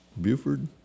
Buford